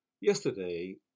yesterday